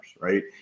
right